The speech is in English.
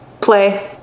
play